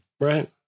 right